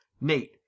Nate